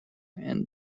and